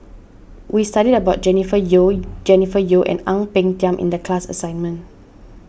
we studied about Jennifer Yeo Jennifer Yeo and Ang Peng Tiam in the class assignment